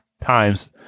times